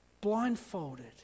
blindfolded